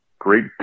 Great